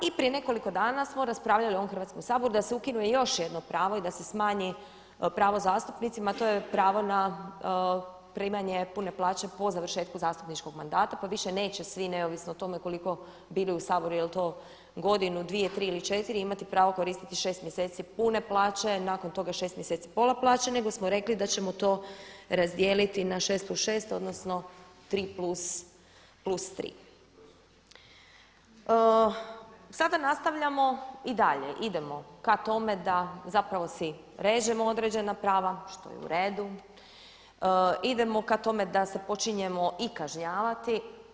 I prije nekoliko dana smo raspravljali u ovom Hrvatskom saboru da se ukine još jedno pravo i da se smanji pravo zastupnicima, to je pravo na primanje pune plaće po završetku zastupničkog mandata pa više neće svi, neovisno o tome koliko bili u Saboru, je li to godinu, dvije, tri ili četiri imati pravo koristiti 6 mjeseci pune plaće a nakon toga 6 mjeseci pola plaće nego smo rekli da ćemo to razdijeliti na 6+6 odnosno 3+3. Sada nastavljamo i dalje, idemo ka tome da zapravo si režemo određena prava, što je u redu, idemo ka tome da se počinjemo i kažnjavati.